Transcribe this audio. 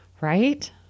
Right